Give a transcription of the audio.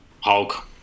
Hulk